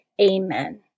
Amen